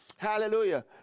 Hallelujah